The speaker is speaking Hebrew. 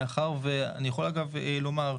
אני יכול לומר,